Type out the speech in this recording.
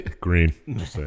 Green